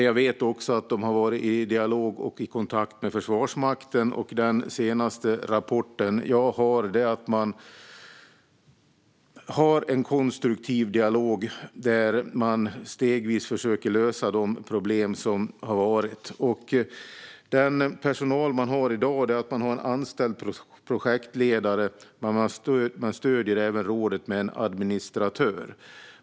Jag vet att de har haft dialog och kontakt med Försvarsmakten, och den senaste rapporten jag har är att man har en konstruktiv dialog där man stegvis försöker lösa de problem som har varit. Den personal de har i dag är en anställd projektledare, men man stöder även rådet med en administratör.